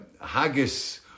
haggis